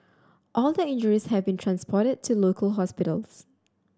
all the injuries have been transported to local hospitals